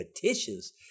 petitions